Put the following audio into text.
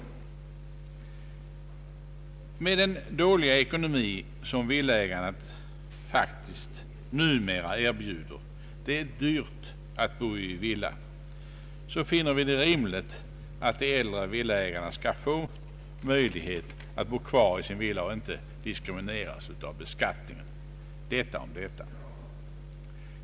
På grund av den dåliga ekonomin som villaägandet faktiskt numera erbjuder — det är dyrt att bo i villa — finner vi det rimligt att de äldre villaägarna skall få möjlighet att bo kvar i sina villor och inte diskri mineras av beskattningen.